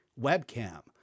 webcam